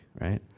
right